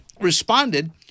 responded